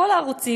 כל הערוצים,